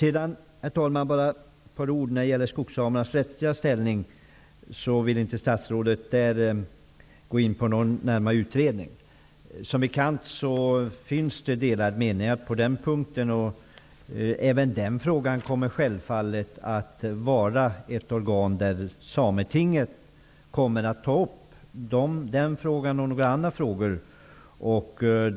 Ett par ord, herr talman, om skogssamernas rättsliga ställning. Statsrådet vill inte där ha någon närmare utredning. Som bekant finns det delade meningar på den punkten. Även den frågan kommer självfallet sametinget att upp.